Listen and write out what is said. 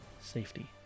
safety